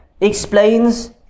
explains